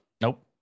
Nope